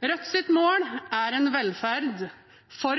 Rødts mål er velferd for